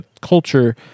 culture